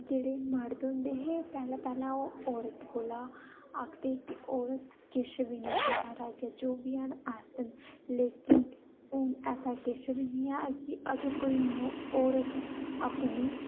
जेह्ड़े मर्द होंदे हे पैह्लें पैह्लें ओह् औरत कोला आखदे कि औरत किश बी नेईं ऐ साढ़े अग्गें जो किश बी है' अस न लेकिन हू'न ऐसा किश बी नेईं है'न अगर कोई औरत अपनी